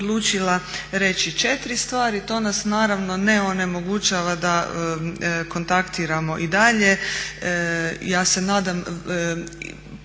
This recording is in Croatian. odlučila reći četiri stvari. To nas naravno ne onemogućava da kontaktiramo i dalje. Ja se nadam